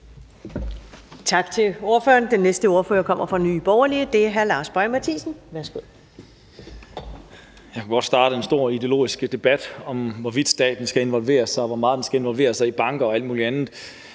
Tak til ordføreren. Den næste ordfører kommer fra Nye Borgerlige, og det er hr. Lars Boje Mathiesen. Værsgo. Kl. 13:21 (Ordfører) Lars Boje Mathiesen (NB): Jeg kunne godt starte en stor ideologisk debat om, hvorvidt staten skal involvere sig, og hvor meget den skal involvere sig i banker og alt mulig andet.